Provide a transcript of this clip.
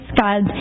God